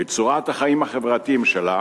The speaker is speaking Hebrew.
וצורת החיים החברתיים שלה